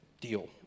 Deal